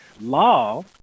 Law